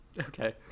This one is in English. Okay